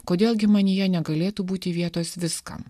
kodėl gi manyje negalėtų būti vietos viskam